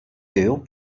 deu